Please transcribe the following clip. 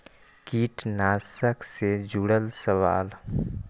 कीटनाशक से जुड़ल सवाल?